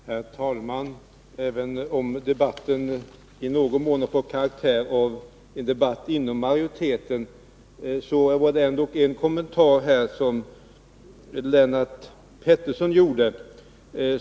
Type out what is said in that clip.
Herr talman! Även om debatten i någon mån fått karaktären av en debatt inom majoriteten, vill jag ändå något kommentera något som Lennart Pettersson sade.